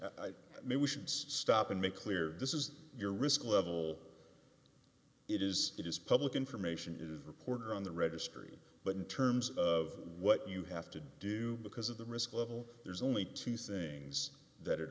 mean we should stop and make clear this is your risk level it is it is public information is reported on the registry but in terms of what you have to do because of the risk level there's only two things that it